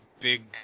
big